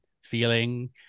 feeling